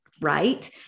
right